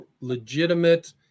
legitimate